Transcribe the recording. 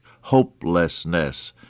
hopelessness